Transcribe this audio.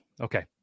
okay